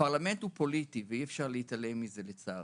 שהפרלמנט הוא פוליטי ואי אפשר להתעלם מכך לצערי.